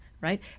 Right